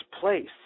place